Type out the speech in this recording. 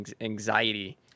anxiety